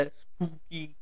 spooky